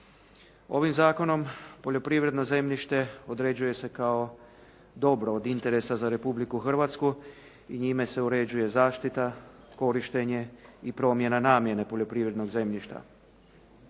Ovim zakonom poljoprivredno zemljište određuje se kao dobro od interesa za Republiku Hrvatsku i njime se uređuje, zaštita korištenje i promjena namjene poljoprivrednog zemljišta.